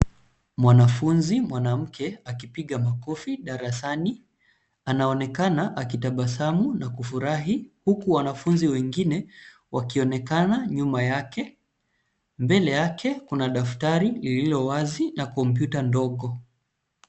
Mwanafunzi mwanamke akipiga makofi darasani anaoneakana akitabasamu na kufurahi huku wanafunzi wengine wakionekana nyuma yake. Mbele yake kuna daftari lililo wazi na kompyuta ndogo.